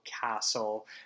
castle